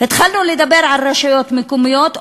התחלנו לדבר על רשויות מקומיות,